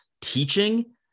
teaching